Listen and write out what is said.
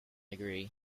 agree